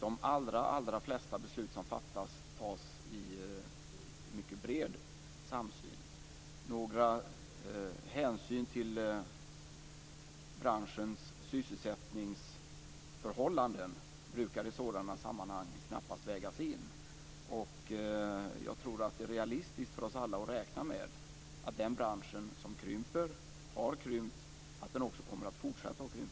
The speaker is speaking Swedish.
De flesta beslut som fattas tas i mycket bred samsyn. Några hänsyn till branschens sysselsättningsförhållanden brukar i sådana sammanhang knappast vägas in. Jag tror att det är realistiskt för oss alla att räkna med att den branschen, som har krympt, kommer att fortsätta att krympa.